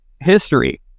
history